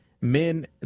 men